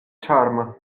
ĉarma